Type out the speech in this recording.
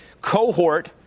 cohort